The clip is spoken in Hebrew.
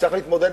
נצטרך להתמודד,